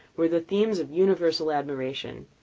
were the themes of universal admiration.